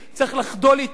צריך לחדול אתה.